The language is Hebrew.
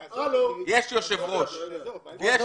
אז עזוב את זה.